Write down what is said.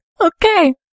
Okay